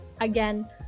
Again